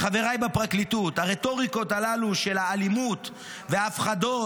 לחבריי בפרקליטות: הרטוריקות הללו של האלימות וההפחדות